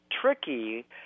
tricky